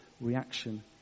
reaction